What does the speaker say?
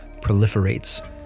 proliferates